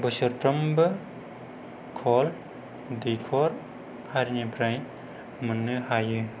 बोसोरफ्रोमबो कल दैखर आरिनिफ्राय मोननो हयो